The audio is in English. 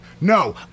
No